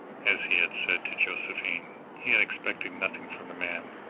as he had said to josephine, he had expected nothing from the man,